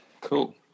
cool